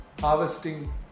harvesting